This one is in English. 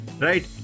right